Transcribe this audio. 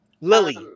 Lily